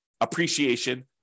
appreciation